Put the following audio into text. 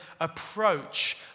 approach